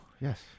yes